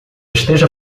esteja